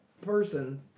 person